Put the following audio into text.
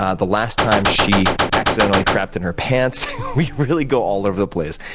ah the last time she accidentally crapped in her pants. we really go all over the place.